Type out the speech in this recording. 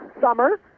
summer